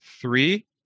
Three